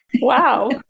Wow